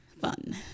Fun